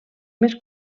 més